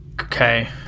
Okay